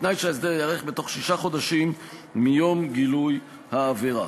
בתנאי שההסדר ייערך בתוך שישה חודשים מיום גילוי העבירה.